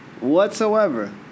whatsoever